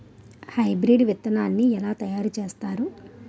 Hybrid విత్తనాన్ని ఏలా తయారు చేస్తారు?